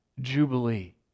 jubilee